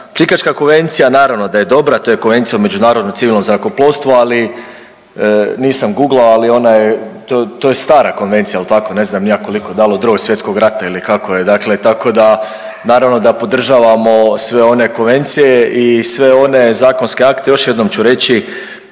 Čikaška konvencija, naravno da je dobra, to je konvencija o međunarodnom civilnom zrakoplovstvu, ali, nisam guglao, ali ona je, to je stara konvencija, je li tako, ne znam ni ja koliko, da l' od Drugog svjetskog rata ili kako je, dakle tako da naravno da podržavamo sve one konvencije i sve one zakonske akte, još jednom ću reći,